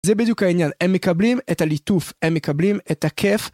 זה בדיוק העניין, הם מקבלים את הליטוף, הם מקבלים את הכיף.